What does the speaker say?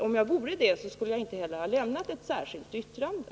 Om jag vore det skulle jag inte ha avgivit ett särskilt yttrande.